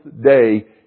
day